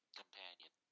companion